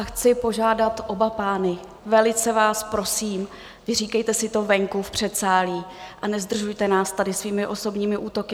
Chci požádat oba pány, velice vás prosím, vyříkejte si to venku v předsálí a nezdržujte nás tady svými osobními útoky.